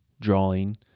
drawing